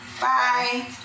Bye